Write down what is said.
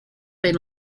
been